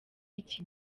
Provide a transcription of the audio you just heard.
iki